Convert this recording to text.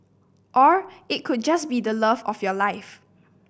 or it could just be the love of your life